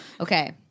okay